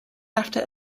after